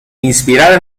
inspirada